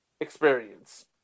experience